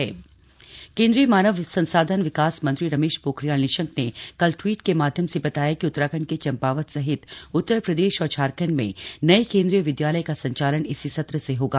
KVS Champawat केंद्रीय मानव संसाधन विकास मंत्री रमेश पोखरियाल निशंक ने कल ट्वीट के माध्यम से बताया कि उत्तराखंड के चंपावत सहित उत्तर प्रदेश और झारखंड में नये केंद्रीय विदयालय का संचालन इसी सत्र से होगा